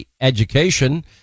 Education